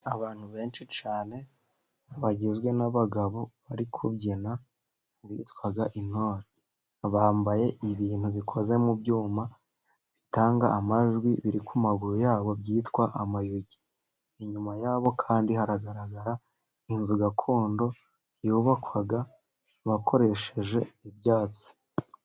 Abantu benshi cyane, bagizwe n’abagabo, bari kubyina bitwa intore. Bambaye ibintu bikoze mu byuma bitanga amajwi, biri ku maguru yabo, byitwa amayugi. Inyuma yabo kandi, haragaragara inzu gakondo yubakwaga bakoresheje ibyatsi.